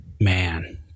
Man